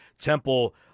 Temple